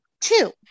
two